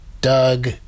Doug